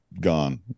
gone